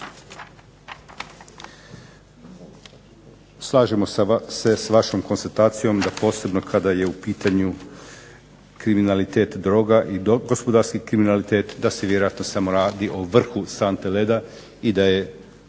Slažemo se sa vašom konstatacijom da posebno kada je u pitanju kriminalitet droga i gospodarski kriminalitet da se vjerojatno samo radi o vrhu sante leda i da je